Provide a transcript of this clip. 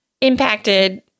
impacted